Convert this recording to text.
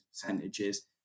percentages